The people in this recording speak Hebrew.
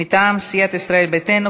מטעם סיעת ישראל ביתנו,